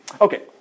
Okay